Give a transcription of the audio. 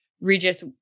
Regis